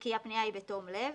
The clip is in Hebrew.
וכי הפנייה היא בתום לב,